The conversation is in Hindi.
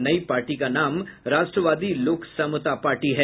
नई पार्टी का नाम राष्ट्रवादी लोक समता पार्टी है